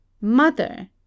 Mother